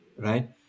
right